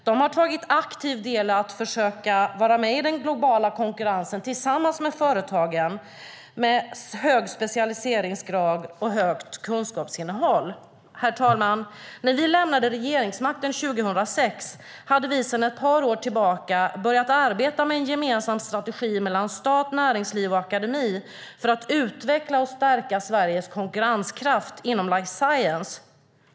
De har tagit aktiv del i att försöka vara med i den globala konkurrensen, tillsammans med företagen med hög specialiseringsgrad och högt kunskapsinnehåll. Herr talman! När vi lämnade regeringsmakten 2006 hade vi sedan ett par år tillbaka börjat arbeta med en gemensam strategi mellan stat, näringsliv och akademi för att utveckla och stärka Sveriges konkurrenskraft inom life science.